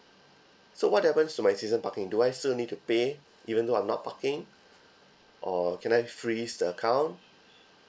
so what happens to my season parking do I still need to pay even though I'm not parking or can I freeze the account